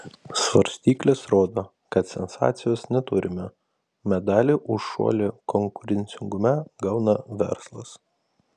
svarstyklės rodo kad sensacijos neturime medalį už šuolį konkurencingume gauna verslas